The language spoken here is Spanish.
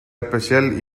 especial